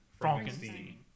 Frankenstein